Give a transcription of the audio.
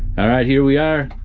all right here we are!